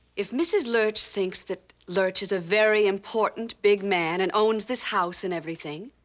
if mrs. lurch thinks that lurch is a very important, big man and owns this house and everything,